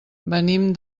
venim